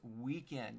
weekend